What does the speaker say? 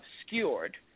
obscured